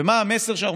לעומת זאת,